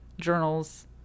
Journals